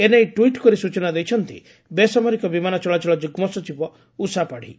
ଏ ନେଇ ଟ୍ୱିଟ୍ କରି ସୂଚନା ଦେଇଛନ୍ତି ବେସାମରିକ ବିମାନ ଚଳାଚଳ ଯୁଗ୍ମ ସଚିବ ଉଷା ପାତ୍ନୀ